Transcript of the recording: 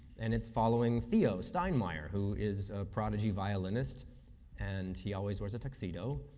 and it is following theo stein-meyer, who is a prodigy violinist and he always wears a tuxedo,